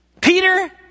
Peter